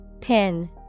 Pin